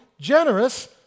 generous